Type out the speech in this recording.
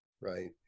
right